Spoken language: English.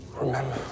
Remember